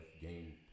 game